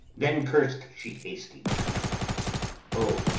then curs'd she hastings o,